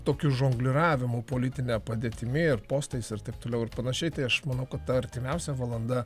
tokiu žongliravimu politine padėtimi ir postais ir taip toliau ir panašiai tai aš manau kad artimiausia valanda